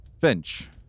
Finch